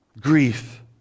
grief